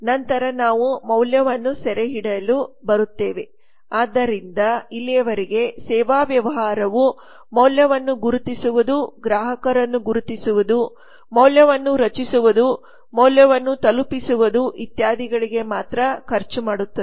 ನಂತರ ನಾವು ಮೌಲ್ಯವನ್ನು ಸೆರೆಹಿಡಿಯಲು ಬರುತ್ತೇವೆ ಆದ್ದರಿಂದ ಇಲ್ಲಿಯವರೆಗೆ ಸೇವಾ ವ್ಯವಹಾರವು ಮೌಲ್ಯವನ್ನು ಗುರುತಿಸುವುದು ಗ್ರಾಹಕರನ್ನು ಗುರುತಿಸುವುದು ಮೌಲ್ಯವನ್ನು ರಚಿಸುವುದು ಮೌಲ್ಯವನ್ನು ತಲುಪಿಸುವುದು ಇತ್ಯಾದಿಗಳಿಗೆ ಮಾತ್ರ ಖರ್ಚು ಮಾಡುತ್ತಿದೆ